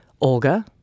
Olga